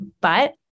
but-